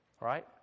right